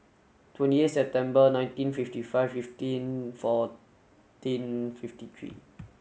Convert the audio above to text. twenty eight September nineteen fifty five fifteen fourteen fifty three